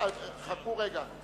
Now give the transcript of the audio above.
חכו רגע.